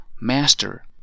master